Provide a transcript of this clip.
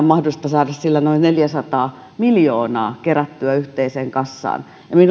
mahdollista saada sillä noin neljäsataa miljoonaa kerättyä yhteiseen kassaan ja minun